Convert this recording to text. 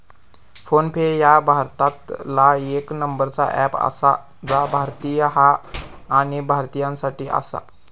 phone पे ह्या भारतातला येक नंबरचा अँप आसा जा भारतीय हा आणि भारतीयांसाठी आसा